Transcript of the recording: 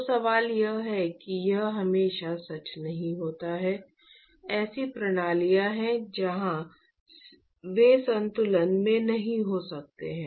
तो सवाल यह है कि यह हमेशा सच नहीं होता है ऐसी प्रणालियाँ हैं जहाँ वे संतुलन में नहीं हो सकते हैं